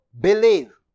believe